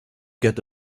get